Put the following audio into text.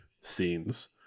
scenes